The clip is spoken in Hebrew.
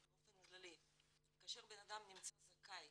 באופן כללי, כאשר אדם נמצא זכאי